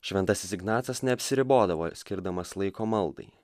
šventasis ignacas neapsiribodavo skirdamas laiko maldai